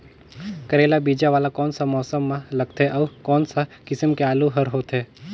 करेला बीजा वाला कोन सा मौसम म लगथे अउ कोन सा किसम के आलू हर होथे?